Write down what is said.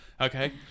Okay